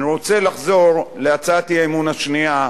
אני רוצה לחזור להצעת האי-אמון השנייה,